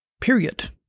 period